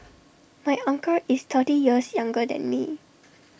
my uncle is thirty years younger than me